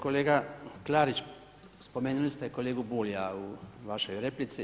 Kolega Klarić, spomenuli ste kolegu Bulja u vašoj replici.